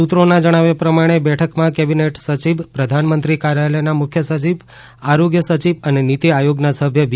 સૂત્રોના જણાવ્યા પ્રમાણે બેઠકમાં કેબિનેટ સચિવ પ્રધાનમંત્રી કાર્યાલ્યના મુખ્ય સચિવ આરોગ્ય સચિવ અને નીતિ આયોગના સભ્ય વી